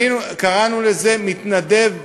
קראנו לזה "מתנדב בקהילה",